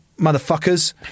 motherfuckers